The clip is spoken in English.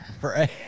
Right